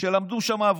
שלמדו שם אברכים,